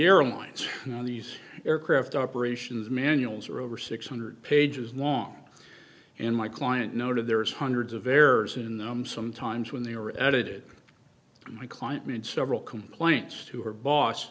airlines on these aircraft operations manuals are over six hundred pages long and my client noted there is hundreds of errors in them sometimes when they were edited my client made several complaints to her